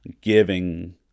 giving